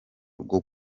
rwo